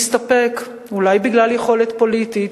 שהסתפק, אולי בגלל יכולת פוליטית,